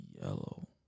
yellow